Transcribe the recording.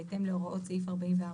בהתאם להוראות סעיף 44(א),